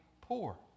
poor